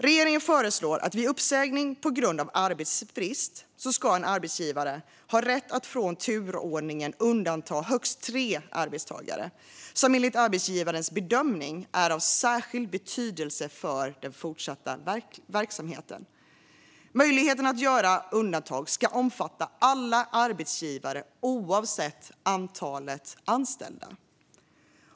Regeringen föreslår att vid uppsägning på grund av arbetsbrist ska en arbetsgivare ha rätt att från turordningen undanta högst tre arbetstagare som enligt arbetsgivarens bedömning är av särskild betydelse för den fortsatta verksamheten. Möjligheten att göra undantag ska omfatta alla arbetsgivare oavsett antalet anställda.